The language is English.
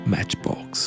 Matchbox